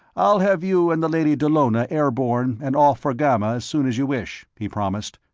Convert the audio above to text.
i'll have you and the lady dallona airborne and off for ghamma as soon as you wish, he promised.